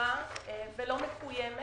שאושרה ולא מקוימת.